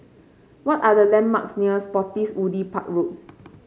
what are the landmarks near Spottiswoode Park Road